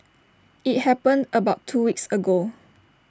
IT happened about two weeks ago